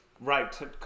Right